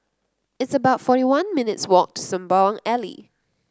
it's about forty one minutes' walk to Sembawang Alley